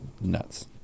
nuts